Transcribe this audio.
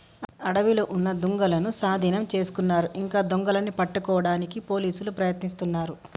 అడవిలో ఉన్న దుంగలనూ సాధీనం చేసుకున్నారు ఇంకా దొంగలని పట్టుకోడానికి పోలీసులు ప్రయత్నిస్తున్నారు